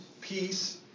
peace